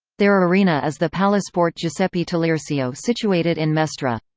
their arena is the palasport giuseppe taliercio situated in mestre.